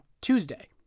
Tuesday